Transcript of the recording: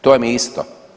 To vam je isto.